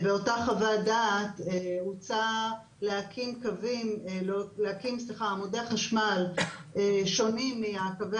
באותה חוות דעת הוצע להקים עמודי חשמל שונים מקווי